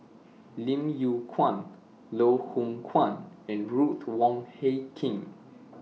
Lim Yew Kuan Loh Hoong Kwan and Ruth Wong Hie King